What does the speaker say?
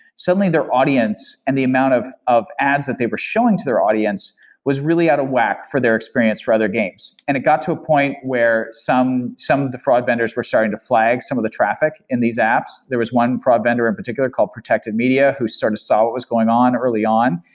suddenly their audience and the amount of of ads that they were showing to their audience was really out of whack for their experience for other games and it got to a point where some of the fraud vendors were starting to flag some of the traffic in these apps. there was one fraud vendor in particular called protected media who sort of saw what was going on early on.